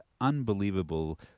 unbelievable